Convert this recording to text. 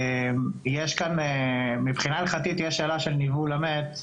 שיש כאן מבחינה הלכתית יש שלב של ניבול המת,